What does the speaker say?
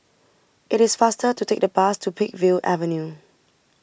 it is faster to take the bus to Peakville Avenue